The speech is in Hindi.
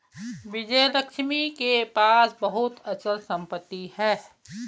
विजयलक्ष्मी के पास बहुत अचल संपत्ति है